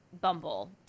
bumble